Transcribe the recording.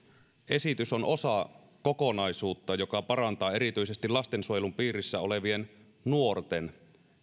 esitys on osa kokonaisuutta joka parantaa erityisesti lastensuojelun piirissä olevien nuorten